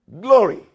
Glory